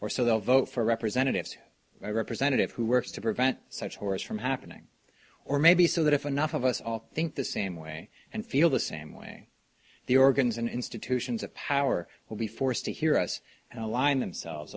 or so they'll vote for representatives representative who works to prevent such horrors from happening or maybe so that if enough of us all think the same way and feel the same way the organs and institutions of power will be forced to hear us and align themselves